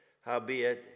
howbeit